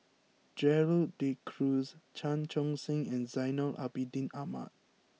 Gerald De Cruz Chan Chun Sing and Zainal Abidin Ahmad